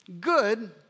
good